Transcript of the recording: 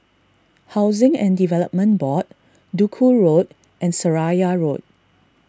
Housing and Development Board Duku Road and Seraya Road